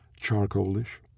charcoalish